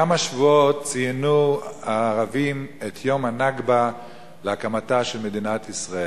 לפני כמה שבועות ציינו הערבים את יום הנכבה להקמתה של מדינת ישראל,